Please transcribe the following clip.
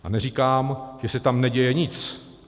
A neříkám, že se tam neděje nic.